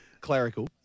Clerical